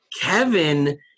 Kevin